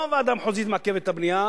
לא ועדה מחוזית מעכבת את הבנייה